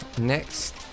next